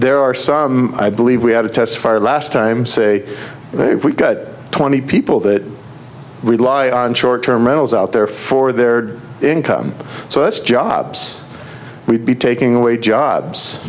there are some i believe we had a test fire last time say they've got twenty people that rely on short term metals out there for their income so it's jobs we'd be taking away jobs